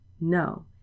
No